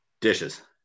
Dishes